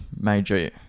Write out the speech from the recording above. major